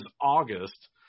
August